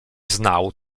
znał